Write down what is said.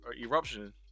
eruption